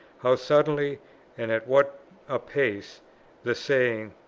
how suddenly and at what a pace the saying,